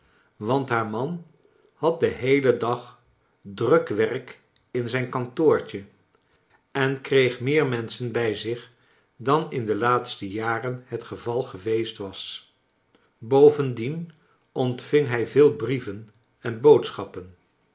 want haar man had den heelen dag druk werk in zijn kantoortje en kreeg meer menschen bij zich dan in de laatste jaren het geval geweest was bovendien ontving hij veel brieven en boodschappen